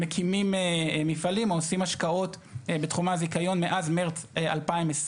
מקימים מפעלים או עושים השקעות בתחומי הזיכיון מאז מרץ 2020,